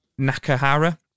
Nakahara